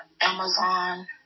Amazon